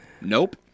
Nope